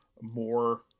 more